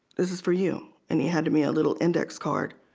this is for you and he had to me a little index card.